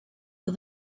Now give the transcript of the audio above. for